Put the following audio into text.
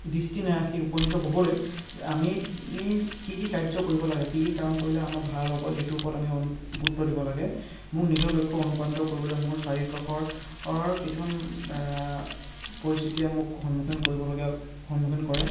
দৃষ্টি নাৰাখি উপনীত হ'বলৈ আমি কি কি কাৰ্য কৰিব লাগে কি কি কাম কৰিলে আমাৰ ভাল হ'ব সেইটোৰ ওপৰত আমি গুৰুত্ব দিব লাগে মোক নিজৰ লক্ষ্যত অনুপ্ৰাণিত কৰিবলৈ মোৰ চাৰিওকাষৰ কিছুমান পৰিস্থিতিয়ে মোক সন্মুখীন কৰিবলগীয়া সন্মুখীন কৰে